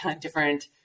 different